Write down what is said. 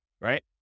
Right